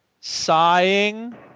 sighing